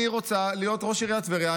אני רוצה להיות ראש עיריית טבריה,